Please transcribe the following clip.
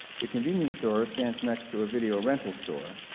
the convenience store stands next to a video rental store,